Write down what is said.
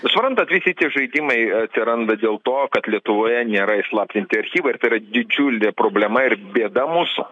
suprantat visi tie žaidimai atsiranda dėl to kad lietuvoje nėra įslaptinti archyvai tai yra didžiulė problema ir bėda mūsų